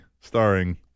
Starring